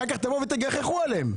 אחר כך אתם תגחכו עליהם.